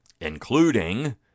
Including